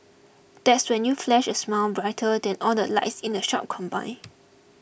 that's when you flash a smile brighter than all the lights in the shop combined